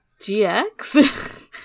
GX